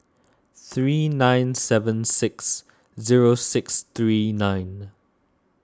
three nine seven six zero six three nine